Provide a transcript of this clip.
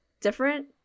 different